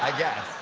ah yeah.